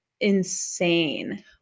insane